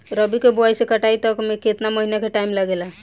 रबी के बोआइ से कटाई तक मे केतना महिना के टाइम लागेला?